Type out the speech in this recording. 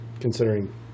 considering